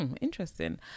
interesting